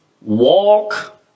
Walk